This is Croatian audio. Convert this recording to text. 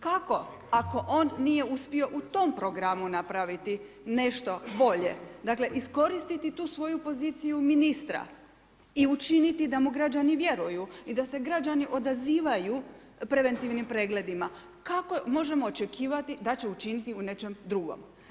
Kako ako on nije uspio u tom programu napraviti nešto bolje, dakle iskoristiti tu svoju poziciju ministra i učiniti da mu građani vjeruju i da se građani odazivaju preventivnim pregledima, kako možemo očekivati da će učiniti u nečem drugom.